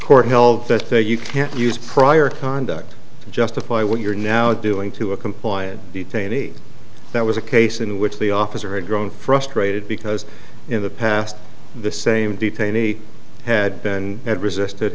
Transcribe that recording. court held that you can't use prior conduct to justify what you're now doing to a compliant detainee that was a case in which the officer had grown frustrated because in the past the same detainee had been had resisted